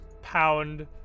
pound